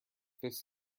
this